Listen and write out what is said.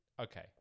okay